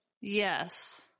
Yes